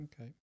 Okay